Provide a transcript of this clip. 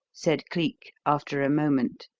said cleek, after a moment.